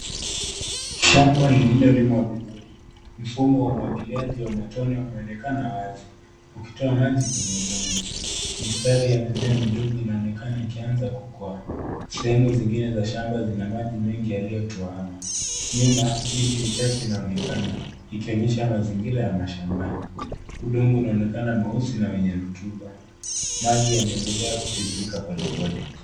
Shamba lililolimwa vizuri. Mfumo wa umwagiliaji wa matone umeonekana wazi ukitoa maji kwenye udongo. Mistari ya mimea midogo inaonekana ikianza kukoa. Sehemu zingine za shamba zina maji mengi yalitotwaana. Nyuma, miti michache inaonekana ikionyesha mazingira ya mashambani. Udongo unaonekana mweusi na wenye rotuba. Maji yanaendelea kutiririka polepole.